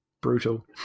Brutal